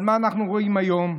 אבל מה אנחנו רואים היום?